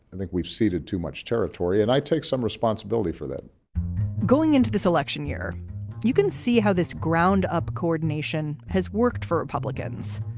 i think we've ceded too much territory and i take some responsibility for that going into this election year you can see how this ground up coordination has worked for republicans.